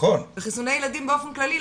בחיסוני ילדים באופן כללי,